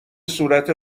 صورت